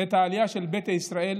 את העלייה של ביתא ישראל